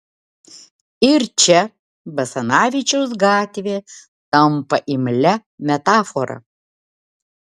ir čia basanavičiaus gatvė tampa imlia metafora